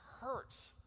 hurts